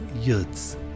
Yud's